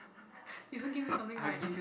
you don't give me something like